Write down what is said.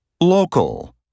local